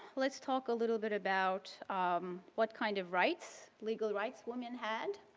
let's talk a little bit about um what kind of rights, legal rights women had.